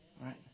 Right